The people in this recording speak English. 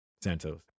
Santos